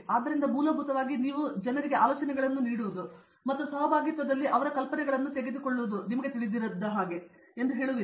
ಆದ್ದರಿಂದ ಮೂಲಭೂತವಾಗಿ ನೀವು ಎರಡೂ ಜನರಿಗೆ ಆಲೋಚನೆಗಳನ್ನು ನೀಡುವುದು ಮತ್ತು ಸಹಭಾಗಿತ್ವದಲ್ಲಿ ಅವರಿಂದ ಕಲ್ಪನೆಗಳನ್ನು ತೆಗೆದುಕೊಳ್ಳಲು ನಿಮಗೆ ತಿಳಿದಿರುವಿರಿ ಎಂದು ನೀವು ಹೇಳುತ್ತೀರಿ